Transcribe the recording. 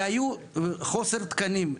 והיו חוסר תקנים,